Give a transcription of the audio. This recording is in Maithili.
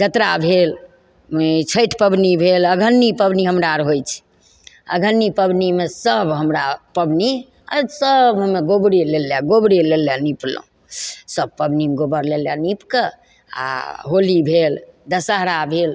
जतरा भेल छैठ पबनी भेल अघन्नी पबनी हमरा अर होइ छै अघन्नी पबनीमे सब हमरा पबनी सब गोबरे लए लए गोबरे लए लए नीपलहुँ सब पबनीमे गोबर लए लए नीप कऽ आओर होली भेल दशहरा भेल